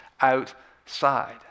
outside